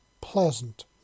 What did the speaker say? pleasant